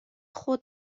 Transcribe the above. خود